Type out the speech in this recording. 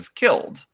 killed